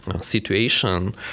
situation